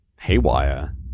haywire